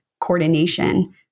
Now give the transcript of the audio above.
coordination